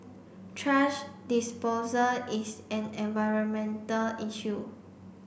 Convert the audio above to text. thrash disposal is an environmental issue